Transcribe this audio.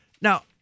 Now